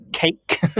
cake